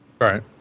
right